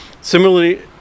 Similarly